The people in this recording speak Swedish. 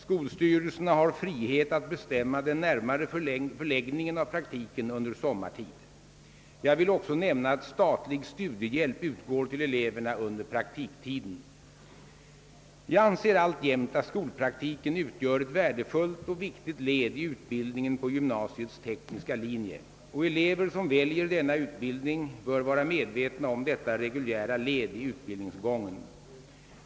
Skolstyrelserna har frihet att bestämma den närmare förläggningen av praktiken under sommartid. Jag vill också nämna att statlig studiehjälp utgår till eleverna under praktiktiden. Jag anser alltjämt att skolpraktiken utgör ett värdefullt och viktigt led i utbildningen på gymnasiets tekniska linje, och elever som väljer denna utbildning bör vara medvetna om detta reguljära led i utbildningsgången.